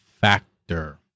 factor